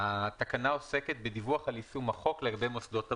התקנה עוסקת בדיווח על יישום החוק לגבי מוסדות הבריאות.